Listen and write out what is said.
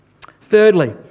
Thirdly